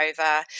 over